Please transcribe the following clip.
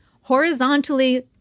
horizontally